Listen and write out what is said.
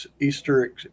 Easter